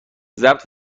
ضبط